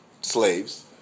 slaves